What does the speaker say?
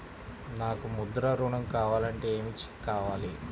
నాకు ముద్ర ఋణం కావాలంటే ఏమి కావాలి?